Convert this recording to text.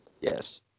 Yes